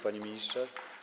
Panie Ministrze!